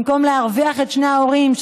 במקום להרוויח את שני ההורים,